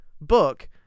book